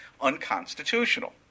unconstitutional